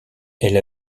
elle